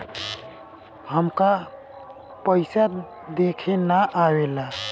हमका पइसा देखे ना आवेला?